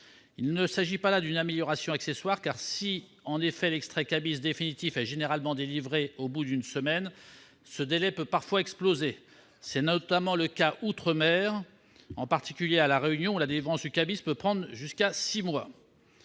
Il ne s'agit pas là d'une amélioration accessoire car si, en effet, l'extrait Kbis définitif est généralement délivré au bout d'une semaine, ce délai peut parfois exploser. C'est notamment le cas outre-mer, en particulier à La Réunion, où la délivrance de ce document peut prendre jusqu'à six mois.